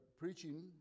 preaching